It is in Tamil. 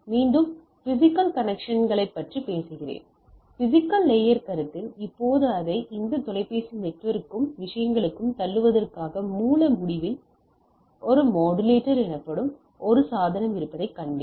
மீண்டும் பிஸிக்கல் கனெக்சன் களைப் பற்றி பேசுகிறோம் பிஸிக்கல் லேயர் கருத்தில் இப்போது அதை இந்த தொலைபேசி நெட்வொர்க்குக்கும் விஷயங்களுக்கும் தள்ளுவதற்காக மூல முடிவில் ஒரு மாடுலேட்டர் எனப்படும் ஒரு சாதனம் இருப்பதைக் கண்டேன்